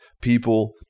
People